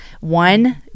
One